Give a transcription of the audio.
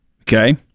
okay